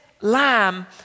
lamb